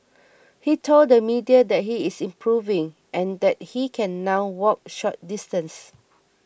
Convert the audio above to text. he told the media that he is improving and that he can now walk short distances